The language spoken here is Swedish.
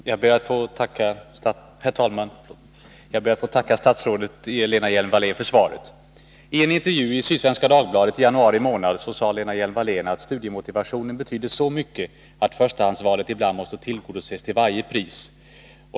Herr talman! Jag ber att få tacka statsrådet Lena Hjelm-Wallén för svaret. I en intervju i Sydsvenska Dagbladet i januari månad sade Lena Hjelm Wallén att studiemotivationen betydde så mycket att förstahandsvalet ibland måste tillgodoses till varje pris.